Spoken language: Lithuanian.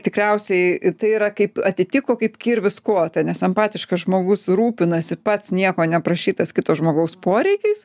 tikriausiai tai yra kaip atitiko kaip kirvis kotą nes empatiškas žmogus rūpinasi pats nieko neprašytas kito žmogaus poreikiais